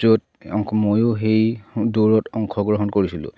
য'ত অ ময়ো সেই দৌৰত অংশগ্ৰহণ কৰিছিলোঁ